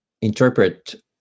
interpret